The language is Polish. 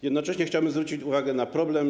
Jednocześnie chciałbym zwrócić uwagę na pewien problem.